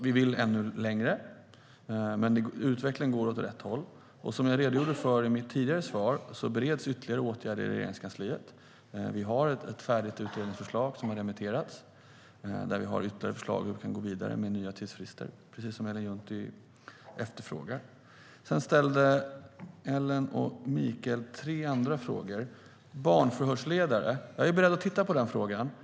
Vi vill ännu längre, men utvecklingen går åt rätt håll. Som jag redogjorde för i mitt tidigare svar bereds ytterligare åtgärder i Regeringskansliet. Vi har ett färdigt utredningsförslag som har remitterats och där vi har ytterligare förslag på hur vi kan gå vidare med nya tidsfrister, precis som Ellen Juntti efterfrågar. Sedan ställde Ellen och Mikael tre andra frågor. När det gäller barnförhörsledare är jag beredd att titta på frågan.